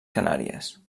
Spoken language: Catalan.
canàries